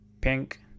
pink